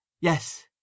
Yes